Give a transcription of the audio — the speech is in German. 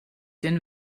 den